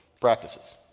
practices